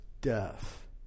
death